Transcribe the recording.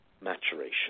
maturation